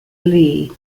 lee